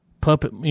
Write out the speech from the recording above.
puppet